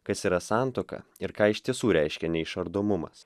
kas yra santuoka ir ką iš tiesų reiškia neišardomumas